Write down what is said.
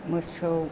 मोसौ